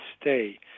stay